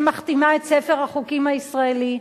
שמכתימה את ספר החוקים הישראלי,